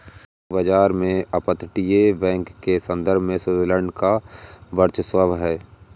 वैश्विक बाजार में अपतटीय बैंक के संदर्भ में स्विट्जरलैंड का वर्चस्व है